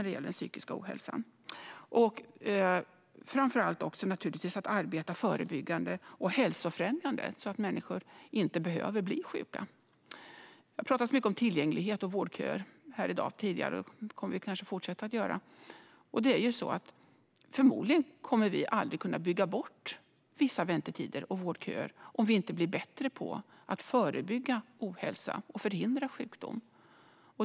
Det gäller framför allt att arbeta förebyggande och hälsofrämjande så att människor inte behöver bli sjuka. Det har talats mycket om tillgänglighet och vårdköer tidigare här i dag, och det kommer vi kanske att fortsätta att göra. Förmodligen kommer vi aldrig att kunna bygga bort vissa vårdköer och väntetider om vi inte blir bättre på att förebygga ohälsa och förhindra sjukdom.